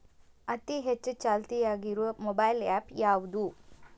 ಅತಿ ಹೆಚ್ಚ ಚಾಲ್ತಿಯಾಗ ಇರು ಮೊಬೈಲ್ ಆ್ಯಪ್ ಯಾವುದು?